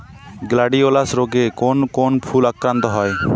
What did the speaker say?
Gladiolus রোগে কোন কোন ফুল আক্রান্ত হয়?